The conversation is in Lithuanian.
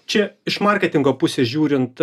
čia iš marketingo pusės žiūrint